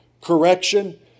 correction